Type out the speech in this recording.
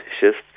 shifts